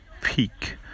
peak